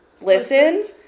listen